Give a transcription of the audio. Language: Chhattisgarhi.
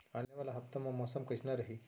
आने वाला हफ्ता मा मौसम कइसना रही?